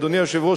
אדוני היושב-ראש,